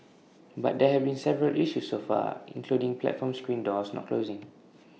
but there have been several issues so far including platform screen doors not closing